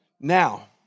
now